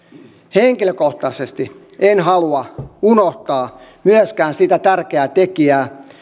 henkilökohtaisesti en halua unohtaa myöskään sitä tärkeää tekijää